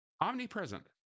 omnipresent